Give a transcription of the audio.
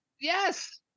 Yes